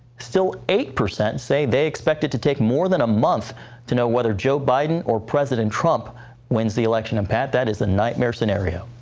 still, eight percent say they expected to take more than a month to know whether joe biden or president trump wins the election. that is a nightmare scenario.